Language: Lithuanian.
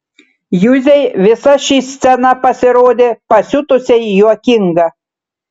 juzei visa ši scena pasirodė pasiutusiai juokinga